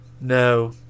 No